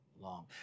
long